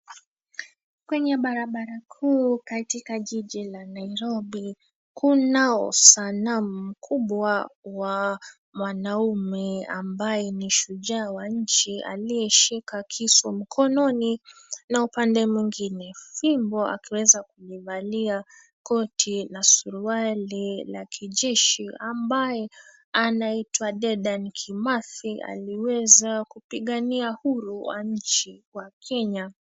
Kwenye barabara kuu katika jiji la Nairobi kunao sanamu mkubwa wa mwanaume ambaye ni shujaa wa nchi aliyeshika kisu mkononi na upande mwingine fimbo akiweza kuivalia koti na suruali la kijeshi ambaye anaitwa Dedan Kimathi. Aliweza kupigania huru wa nchi wa Kenya.